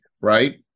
right